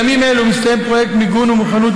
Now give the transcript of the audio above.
בימים אלה מסתיים פרויקט מיגון ומוכנות